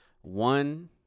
one